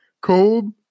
cold –